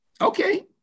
Okay